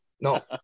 No